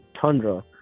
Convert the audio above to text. Tundra